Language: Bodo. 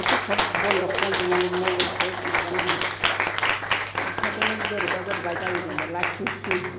इफोरखो सब बनद खालाम जोबनांगो मबाइलखो माबानो होनना इफोरदोनो बोरैबा बोरैबा जाजोब लांबाय लासिंसिं